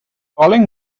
calling